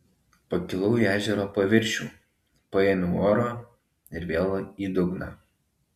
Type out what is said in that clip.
pakilau į ežero paviršių paėmiau oro ir vėl į dugną